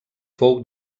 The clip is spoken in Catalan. fou